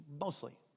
mostly